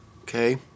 Okay